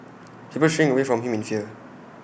people shrink away from him in fear